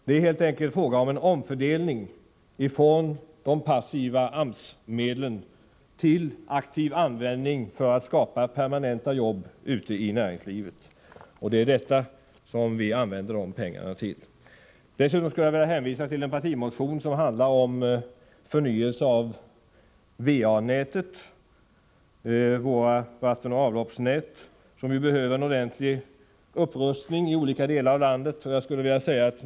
Det är helt enkelt fråga om en omfördelning ifrån de passiva AMS-medlen till aktiv användning för att skapa permanenta jobb ute i näringslivet. Det är detta som vi använder pengarna till. Dessutom skulle jag vilja hänvisa till en partimotion som handlar om förnyelse av våra vattenoch avloppsnät, som ju behöver en ordentlig upprustning i olika delar av landet.